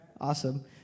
Awesome